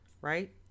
right